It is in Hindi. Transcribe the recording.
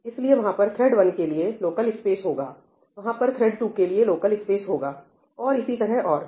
इसलिए वहां पर थ्रेड 1 के लिए लोकल स्पेस होगा वहां पर थ्रेड 2 के लिए लोकल स्पेस होगा और इसी तरह और भी